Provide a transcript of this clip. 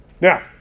Now